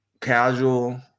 Casual